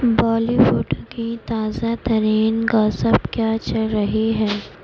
بالی would کی تازہ ترین گوسپ کیا چل رہی ہے